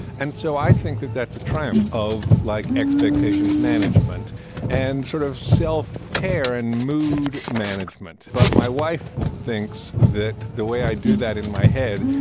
and so i think that that's a triumph of like expectations management and sort of self care and mood management. but my wife thinks that the way i do that in my head,